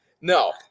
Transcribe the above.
no